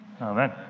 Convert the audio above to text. Amen